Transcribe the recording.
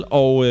og